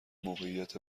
موقعیت